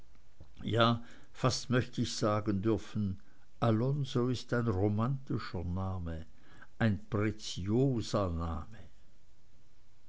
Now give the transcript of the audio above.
ja fast möcht ich sagen dürfen alonzo ist ein romantischer name ein